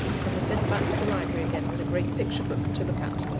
and were sent back to the library again with a great picture-book to look at,